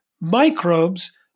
microbes